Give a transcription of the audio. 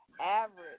average